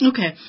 Okay